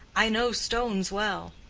i know stones well,